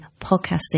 podcasting